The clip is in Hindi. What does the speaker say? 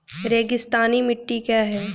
रेगिस्तानी मिट्टी क्या है?